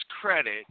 credit